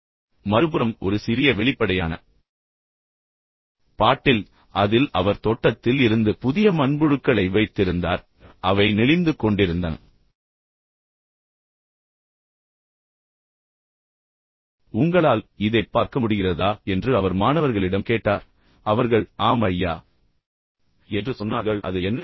பின்னர் மறுபுறம் ஒரு சிறிய வெளிப்படையான பாட்டில் அதில் அவர் தோட்டத்தில் இருந்து புதிய மண்புழுக்களை வைத்திருந்தார் பின்னர் அவை வெறுமனே நெளிந்து கொண்டிருந்தன எனவே உங்களால் இதைப் பார்க்க முடிகிறதா என்று அவர் மாணவர்களிடம் கேட்டார் அவர்கள் ஆம் ஐயா என்று சொன்னார்கள் அது என்ன